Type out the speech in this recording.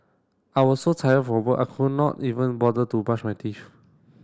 I was so tired from work I could not even bother to brush my teeth